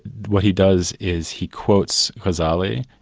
what he does is he quotes ghazali,